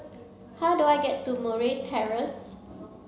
how do I get to Murray Terrace